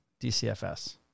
DCFS